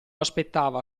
aspettava